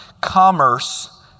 commerce